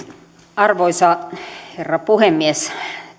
arvoisa herra puhemies